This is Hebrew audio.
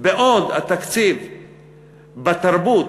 בעוד בתרבות